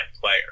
player